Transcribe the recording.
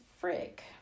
frick